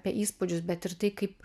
apie įspūdžius bet ir tai kaip